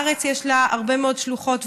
וגם בארץ יש לה הרבה מאוד שלוחות וחברים,